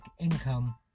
income